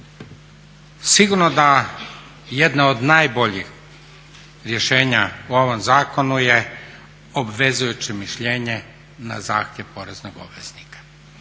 Sigurno da jedno od najboljih rješenja u ovom zakonu je obvezujuće mišljenje na zahtjev poreznog obveznika.